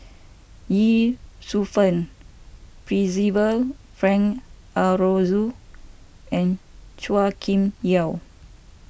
Ye Shufang Percival Frank Aroozoo and Chua Kim Yeow